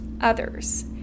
others